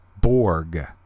Borg